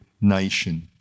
nation